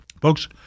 folks